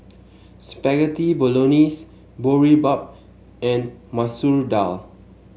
Spaghetti Bolognese Boribap and Masoor Dal